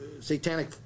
satanic